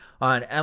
on